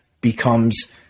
becomes